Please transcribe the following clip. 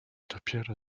dopiero